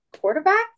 quarterback